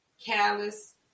callous